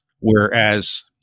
Whereas